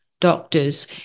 doctors